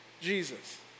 Jesus